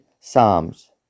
Psalms